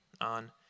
on